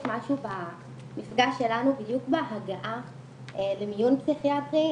משהו במפגש שלנו בדיוק בהגעה למיון פסיכיאטרי,